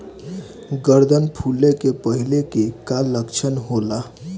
गर्दन फुले के पहिले के का लक्षण होला?